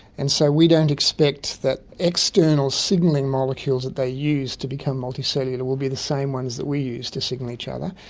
and so we don't expect that external signalling molecules that they use to become multicellular will be the same ones that we use to signal each other,